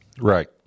Right